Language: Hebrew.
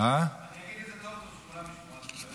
אני אגיד את זה, שכולם ישמעו.